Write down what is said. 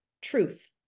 truth